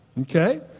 Okay